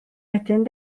wedyn